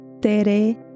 Tere